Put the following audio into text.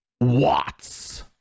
watts